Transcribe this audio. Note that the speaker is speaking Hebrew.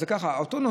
אז אותו נוסע,